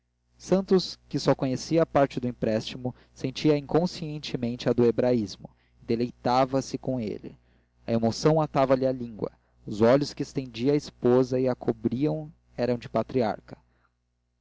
santos que só conhecia a parte do empréstimo sentia inconscientemente a do hebraísmo e deleitava-se com ele a emoção atava lhe a língua os olhos que estendia à esposa e a cobriam eram de patriarca